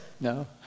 No